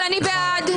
מי בעד?